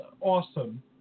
awesome